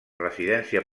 residència